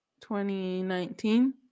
2019